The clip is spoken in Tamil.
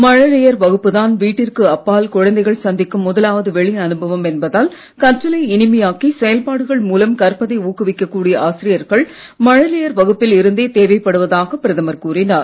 மழலையர் வகுப்புதான் வீட்டிற்கு அப்பால் குழந்தைகள் சந்திக்கும் முதலாவது வெளி அனுபவம் என்பதால் கற்றலை இனிமையாக்கி செயல்பாடுகள் மூலம் கற்பதை ஊக்குவிக்கக் கூடிய ஆசிரியர்கள் மழலையர் வகுப்பில் இருந்தே தேவைப்படுவதாக பிரதமர் கூறினார்